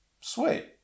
Sweet